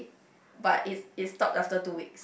but it it stop after two weeks